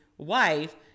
wife